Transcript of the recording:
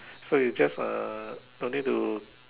so you just uh don't need to